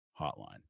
hotline